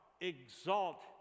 exalt